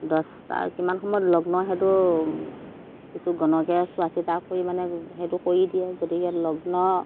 দছটা কিমান সময়ত লগ্ন সেইটো কিছু গণকে চোৱা চিতা কৰি মানে সেইটো কৰি দিয়ে গতিকে লগ্ন